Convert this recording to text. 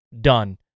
done